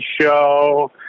show